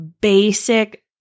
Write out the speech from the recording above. basic